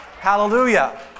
Hallelujah